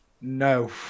No